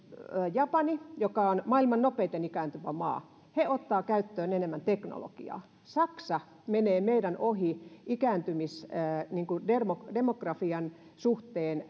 japani joka on maailman nopeiten ikääntyvä maa he ottavat käyttöön enemmän teknologiaa saksa menee meidän ohi ikääntymisdemografian suhteen